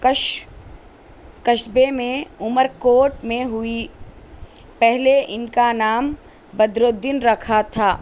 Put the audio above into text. کش قصبے میں عمرکوٹ میں ہوئی پہلے ان کا نام بدرالدین رکھا تھا